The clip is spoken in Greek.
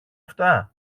αυτά